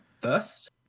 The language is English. first